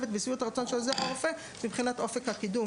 כמה הוא היסטורי וחשוב למערכת הבריאות במדינת ישראל.